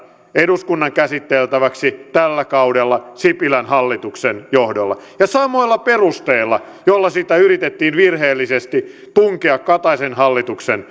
eduskunnan käsiteltäväksi tällä kaudella sipilän hallituksen johdolla ja samoilla perusteilla joilla sitä yritettiin virheellisesti tunkea kataisen hallituksen